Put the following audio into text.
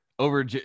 over